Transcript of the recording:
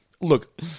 Look